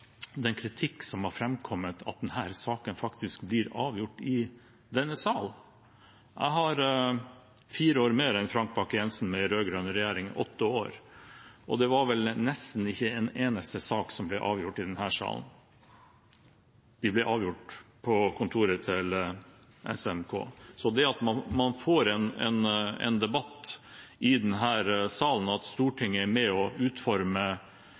den kritikken som har framkommet, at denne saken faktisk blir avgjort i denne sal. Jeg har fire år mer enn Frank Bakke-Jensen med en rød-grønn regjering, åtte år, og det var vel nesten ikke en eneste sak som ble avgjort i denne salen. De ble avgjort på SMK. Det at man får en debatt i denne salen, og at Stortinget er med